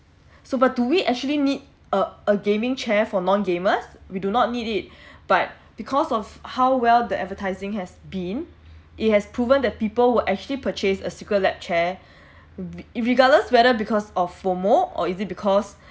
so but do we actually need a a gaming chair for non gamers we do not need it but because of how well the advertising has been it has proven that people will actually purchase a secret lab chair irregardless whether because of promo or is it because